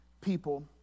people